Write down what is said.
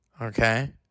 okay